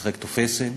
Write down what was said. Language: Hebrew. לשחק תופסת.